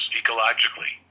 ecologically